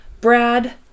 Brad